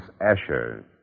Asher